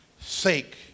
sake